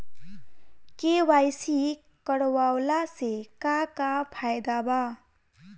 KYC करवला से का का फायदा बा?